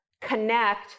connect